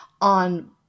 on